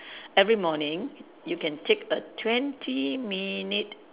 every morning you can take a twenty minute